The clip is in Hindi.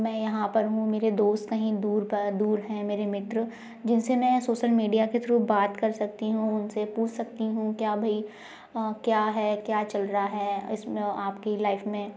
मैं यहाँ पर हूँ मेरे दोस्त कहीं दूर पर दूर हैं मेरे मित्र जिनसे मैं सोशल मीडिया के थ्रू बात कर सकती हूँ उनसे पूछ सकती हूँ क्या भई क्या है क्या चल रहा है इसमें आपकी लाइफ में